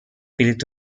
بلیط